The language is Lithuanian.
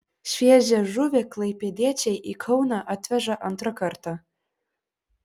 šviežią žuvį klaipėdiečiai į kauną atveža antrą kartą